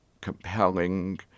compelling